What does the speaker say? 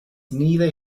neither